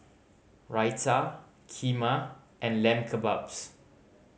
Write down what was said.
Raita Kheema and Lamb Kebabs